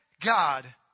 God